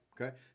okay